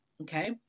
okay